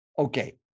Okay